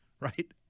right